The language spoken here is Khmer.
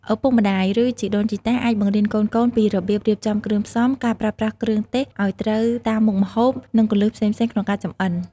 ឪពុកម្តាយ ឬជីដូនជីតាអាចបង្រៀនកូនៗពីរបៀបរៀបចំគ្រឿងផ្សំ ការប្រើប្រាស់គ្រឿងទេសឱ្យត្រូវតាមមុខម្ហូប និងគន្លឹះផ្សេងៗក្នុងការចម្អិន ។